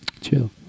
Chill